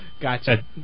Gotcha